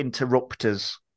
interrupters